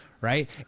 Right